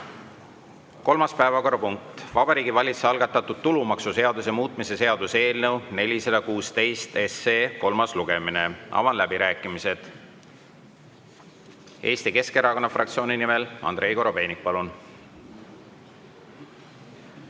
Kolmas päevakorrapunkt: Vabariigi Valitsuse algatatud tulumaksuseaduse muutmise seaduse eelnõu 416 kolmas lugemine. Avan läbirääkimised. Eesti Keskerakonna fraktsiooni nimel Andrei Korobeinik, palun!